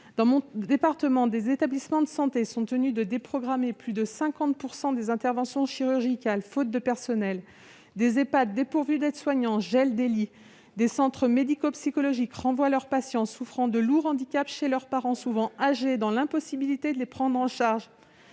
Dans mon département, des établissements de santé sont tenus de déprogrammer plus de 50 % des interventions chirurgicales, faute de personnel ; des Ehpad dépourvus d'aide-soignant gèlent des lits ; des centres médico-psychologiques renvoient leurs patients souffrant de lourds handicaps chez leurs parents, souvent âgés, qui sont dans l'impossibilité de les prendre en charge